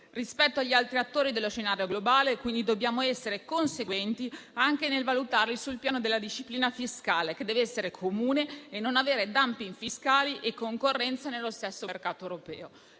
rispetto agli altri attori dello scenario globale, quindi dobbiamo essere conseguenti anche nel valutarli sul piano della disciplina fiscale, che dev'essere comune e non avere *dumping* fiscali e concorrenza nello stesso mercato europeo.